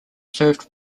served